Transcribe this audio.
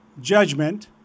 Judgment